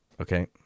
Okay